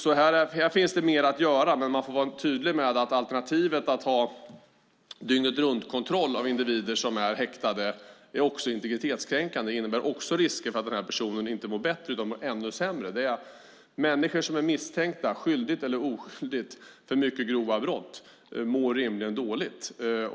Här finns mer att göra, men man får vara tydlig med att alternativet, att ha dygnetruntkontroll av individer som är häktade, också är integritetskränkande och innebär risker för att personen inte mår bättre utan ännu sämre. Människor, skyldiga eller oskyldiga, som är misstänkta för mycket grova brott mår rimligen dåligt.